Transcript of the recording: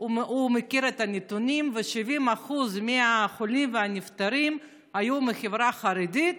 הוא מכיר את הנתונים: 70% מהחולים והנפטרים היו מהחברה החרדית,